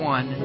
One